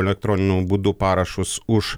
elektroniniu būdu parašus už